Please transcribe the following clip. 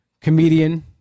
comedian